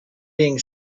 being